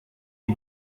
die